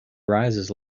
rises